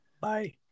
Bye